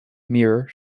mirror